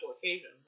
occasions